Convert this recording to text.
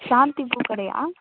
சாந்தி பூக்கடையா